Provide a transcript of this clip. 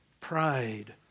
pride